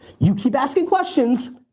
you keep asking questions,